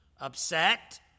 upset